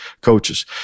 coaches